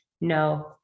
No